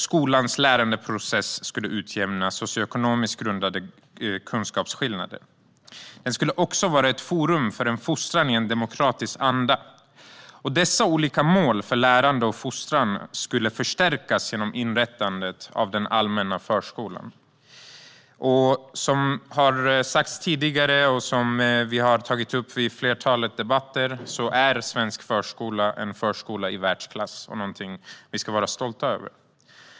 Skolans lärandeprocess skulle utjämna socialekonomiskt grundade kunskapsskillnader. Den skulle också vara ett forum för en fostran i en demokratisk anda. Dessa olika mål för lärande och fostran skulle förstärkas genom inrättandet av den allmänna förskolan. Som har sagts tidigare och som vi har tagit upp i ett flertal debatter är svensk förskola en förskola i världsklass och någonting vi ska vara stolta över.